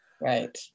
Right